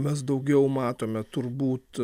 mes daugiau matome turbūt